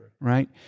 Right